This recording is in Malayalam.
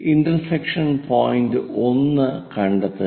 ഇന്റർസെക്ഷൻ പോയിന്റ് 1 കണ്ടെത്തുക